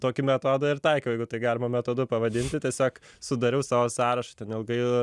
tokį metodą ir taikau jeigu tai galima metodu pavadinti tiesiog sudariau sau sąrašą ten ilgai